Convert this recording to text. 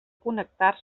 connectar